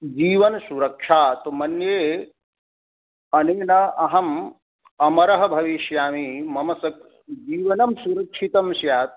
जीवनसुरक्षा तु मन्ये अनुमिना अहम् अमरः भविष्यामि मम स् जीवनं सुरक्षितं स्यात्